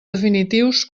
definitius